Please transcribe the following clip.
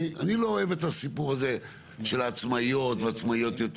אני לא אוהב את הסיפור הזה של העצמאיות ועצמאיות יותר.